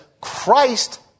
Christ